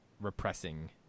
repressing